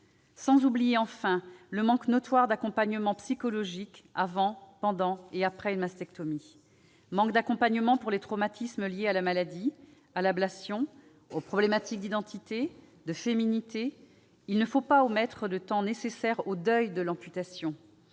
Sans oublier, enfin, le manque notoire d'accompagnement psychologique avant, pendant et après une mastectomie. Manque d'accompagnement pour les traumatismes liés à la maladie, à l'ablation, aux problématiques d'identité, de féminité ... Il ne faut pas omettre le temps nécessaire au deuil de l'amputation